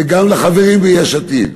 וגם לחברים ביש עתיד,